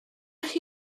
chi